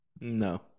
No